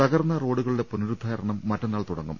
തകർന്ന റോഡു കളുടെ പുനരുദ്ധാരണം മറ്റന്നാൾ തുടങ്ങും